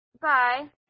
Bye